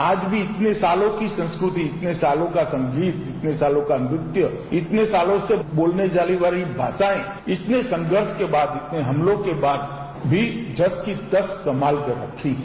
आज भी इतने सालों की संस्कृति इतने सालों का संगीत इतने सालों का नृत्य इतने सालों से बोले जाने वाली भाषाएं इतने संघर्ष के बाद भी हम लोगों के बाद भी जसे की तस संभालकर रखी है